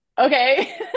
okay